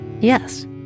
yes